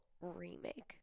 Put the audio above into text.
remake